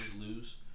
lose